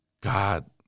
God